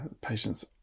patients